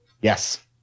Yes